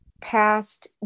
Past